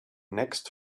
next